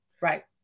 Right